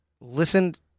Listened